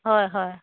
হয় হয়